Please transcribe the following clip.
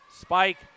spike